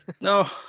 No